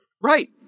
Right